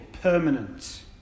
permanent